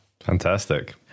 Fantastic